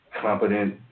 competent